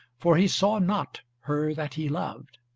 for he saw not her that he loved.